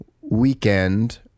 weekend